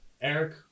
Eric